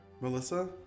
Melissa